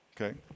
Okay